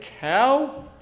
cow